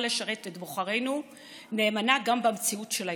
לשרת את בוחרינו נאמנה גם במציאות של היום.